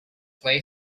play